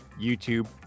YouTube